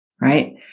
right